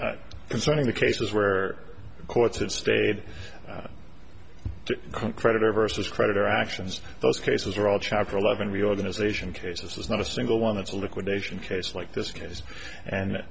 concerning the cases where the courts had stayed to creditor versus creditor actions those cases are all chapter eleven reorganization cases there's not a single one that's a liquidation case like this case and